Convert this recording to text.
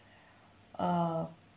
uh